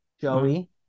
joey